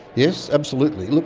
yes, absolutely. look,